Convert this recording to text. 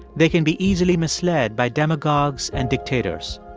they can be easily misled by demagogues and dictators.